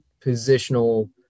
positional